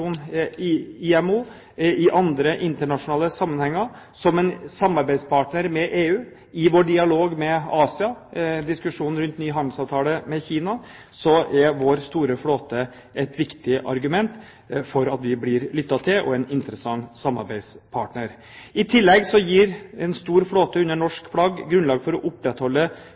IMO, i andre internasjonale sammenhenger, som en samarbeidspartner for EU, i vår dialog med Asia, og i diskusjonen rundt en ny handelsavtale med Kina er vår store flåte et viktig argument for at vi blir lyttet til og er en interessant samarbeidspartner. I tillegg gir en stor flåte under norsk flagg grunnlag for å opprettholde